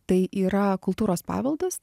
tai yra kultūros paveldas